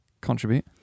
contribute